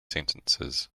sentences